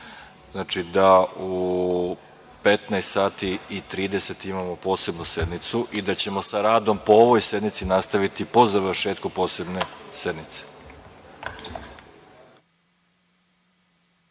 da u 15.30 časova imamo posebnu sednicu i da ćemo sa radom po ovoj sednici nastaviti po završetku posebne sednice.